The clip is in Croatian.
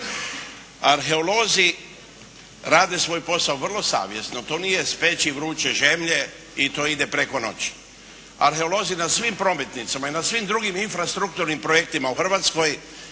Arheolozi rade svoj posao vrlo savjesno, to nije speći vruče žemlje i to ide preko noći. Arheolozi na svim prometnicama i na svim drugim infrastrukturnim projektima u Hrvatskoj